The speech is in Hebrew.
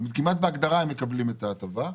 כמעט בהגדרה הם מקבלים את ההטבה.